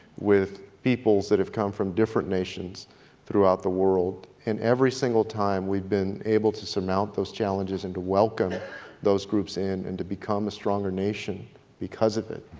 with people that have come from different nations throughout the world. and every single time we've been able to surmount those challenges and to welcome those groups in and to become a stronger nation because of it,